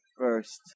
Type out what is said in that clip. first